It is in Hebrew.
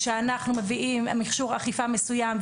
כשאנחנו מביאים מכשור אכיפה מסוים,